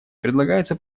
предлагается